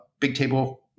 Bigtable